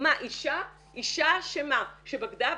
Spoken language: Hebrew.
מה אישה אשמה שבגדה?